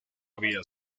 había